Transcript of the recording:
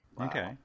Okay